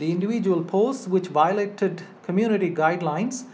the individual posts which violated community guidelines